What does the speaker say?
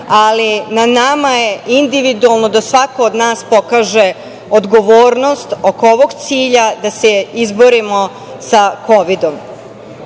ali na nama je individualno da svako od nas pokaže odgovornost oko ovog cilja da se izborimo sa